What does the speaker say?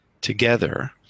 together